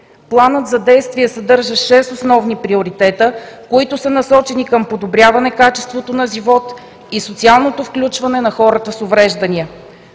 Планът за действие съдържа шест основни приоритета, които са насочени към подобряване качеството на живот и социалното включване на хората с увреждания.